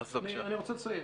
בבקשה.